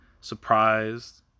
surprised